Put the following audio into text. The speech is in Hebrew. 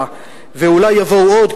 ואולי יבואו עוד,